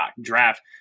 draft